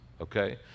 Okay